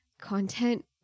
content